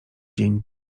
dzień